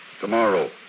Tomorrow